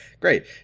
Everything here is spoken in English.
Great